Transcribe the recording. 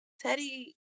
Teddy